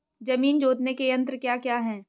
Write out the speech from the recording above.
जमीन जोतने के यंत्र क्या क्या हैं?